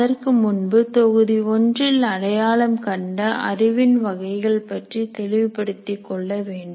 அதற்கு முன்பு தொகுதி ஒன்றில் அடையாளம் கண்ட அறிவின் வகைகள் பற்றி தெளிவுபடுத்திக் கொள்ளவேண்டும்